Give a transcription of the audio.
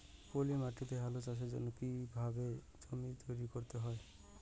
পলি মাটি তে আলু চাষের জন্যে কি কিভাবে জমি তৈরি করতে হয়?